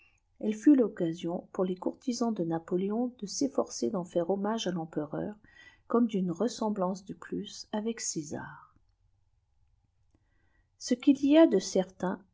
elle fut l'occasion pour les courtisans de napoléon de s'efforcer d'en faire hommage à l'empereur comme d'une ressemblance de plus avec césar ce qu'il y a de certain